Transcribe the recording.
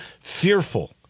fearful